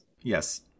Yes